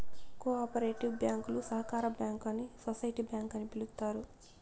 co operative బ్యాంకులు సహకార bank అని సోసిటీ బ్యాంక్ అని పిలుత్తారు